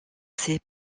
ses